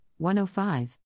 105